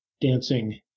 dancing